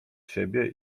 siebie